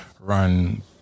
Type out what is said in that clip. Run